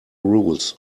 rules